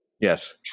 yes